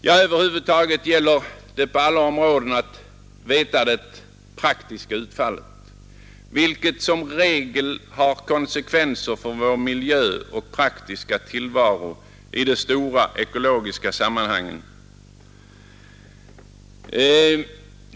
Ja, över huvud taget gäller det på alla områden att veta det praktiska utfallet, vilket som regel har konsekvenser för vår miljö och praktiska tillvaro och i de stora ekologiska sammanhangen.